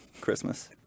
Christmas